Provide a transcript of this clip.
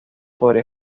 podría